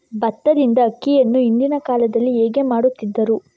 ಭತ್ತದಿಂದ ಅಕ್ಕಿಯನ್ನು ಹಿಂದಿನ ಕಾಲದಲ್ಲಿ ಹೇಗೆ ಮಾಡುತಿದ್ದರು?